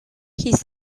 his